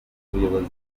ubuyobozi